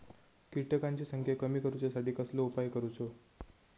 किटकांची संख्या कमी करुच्यासाठी कसलो उपाय करूचो?